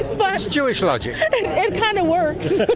but it's jewish logic. it kind of works.